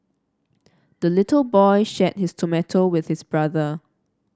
the little boy shared his tomato with his brother